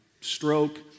stroke